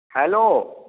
hello